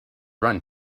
run